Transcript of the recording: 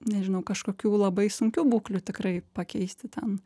nežinau kažkokių labai sunkių būklių tikrai pakeisti ten